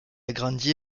grandi